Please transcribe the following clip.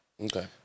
okay